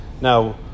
Now